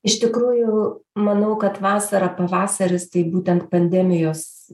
iš tikrųjų manau kad vasara pavasaris tai būtent pandemijos